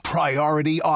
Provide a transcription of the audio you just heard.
Priority